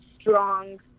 strong